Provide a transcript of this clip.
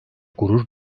gurur